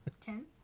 Ten